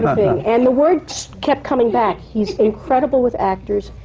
of thing. and the word kept coming back, he's incredible with actors.